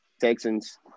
Texans